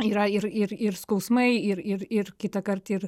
yra ir ir ir skausmai ir ir ir kitąkart ir